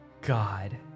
god